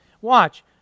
Watch